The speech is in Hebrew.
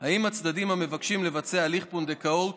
אם הצדדים המבקשים לבצע הליך פונדקאות